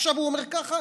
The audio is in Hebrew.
עכשיו הוא אומר ככה.